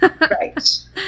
Right